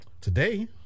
today